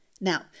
Now